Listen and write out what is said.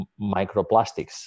microplastics